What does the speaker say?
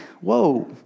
Whoa